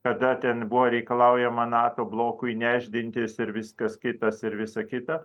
kada ten buvo reikalaujama nato blokui nešdintis ir viskas kitas ir visa kita